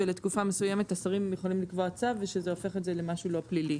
ובתקופה מסוימת השרים יכולים לקבוע צו ושזה הופך את זה למשהו לא פלילי.